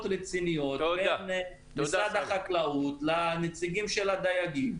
רציניות בין משרד החקלאות לנציגים של הדייגים,